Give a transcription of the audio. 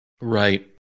Right